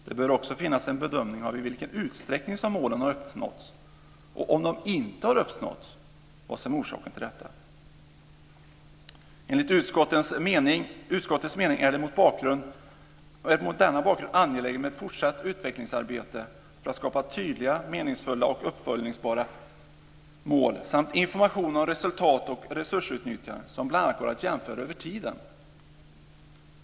Det bör också finnas en bedömning av i vilken utsträckning som målen har uppnåtts och om de inte har uppnåtts, vad som är orsaken till detta. Enligt utskottets mening är det mot denna bakgrund angeläget med ett fortsatt utvecklingsarbete för att skapa tydliga, meningsfulla och uppföljningsbara mål samt information om resultat och resursutnyttjande som bl.a. går att jämföra över tiden.